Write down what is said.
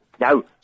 No